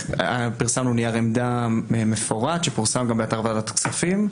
פרסמנו נייר עמדה מפורט שגם פורסם באתר ועדת כספים.